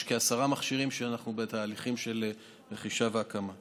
יש כעשרה מכשירים שאנחנו בתהליכים של רכישה והקמה שלהם.